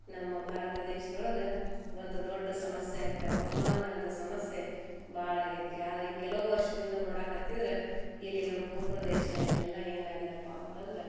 ನಮ್ಮ ಭಾರತ ದೇಶ್ದೊಳಗ ಒಂದು ದೊಡ್ಡ ಸಮಸ್ಯೆ ಆಗ್ಬಿಟ್ಟವ ಹವಮಾನದ ಸಮಸ್ಯೆ ಭಾಳ ಆಗೈತ್ರಿ ಆದ್ರೆ ಈ ಕೆಲವು ವರ್ಷ್ದಿಂದ ನೋಡಾಕತ್ತಿದ್ರು ಇಲ್ಲಿನ ಬೂ ಪ್ರದೇಶ ಎಲ್ಲ ಏನು ಆಗಿದಪ್ಪಾ ಅಂತಂದ್ರೆ